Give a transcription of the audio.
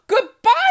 Goodbye